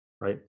right